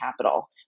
Capital